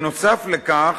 נוסף על כך,